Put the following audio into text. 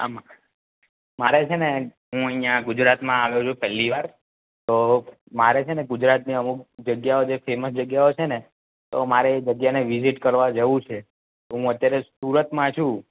આમાં મારે છે ને હું અહીંયા ગુજરાતમાં આવ્યો છું પહેલી વાર તો મારે છે ને ગુજરાતની અમુક જગ્યાઓ જે ફેમસ જગ્યાઓ છે ને તો મારે એ જગ્યાને વિઝિટ કરવા જવું છે તો હું અત્યારે સુરતમાં છું